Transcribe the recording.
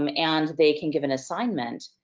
um and they can give an assignment,